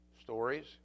stories